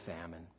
famine